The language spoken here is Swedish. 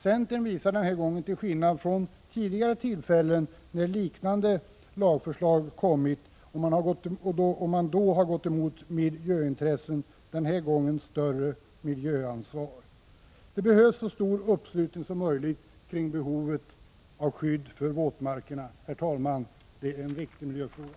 Centern visar den här gången, till skillnad från tidigare tillfällen då liknande lagförslag behandlats och då man gått mot miljöintressena, större miljöansvar. Det behövs så stor uppslutning som möjligt kring behovet av skydd för våtmarkerna. Detta är, herr talman, en viktig miljöfråga.